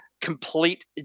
complete